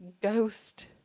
ghost